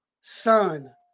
son